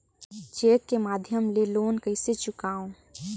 Cheque के माध्यम ले लोन कइसे चुकांव?